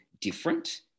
different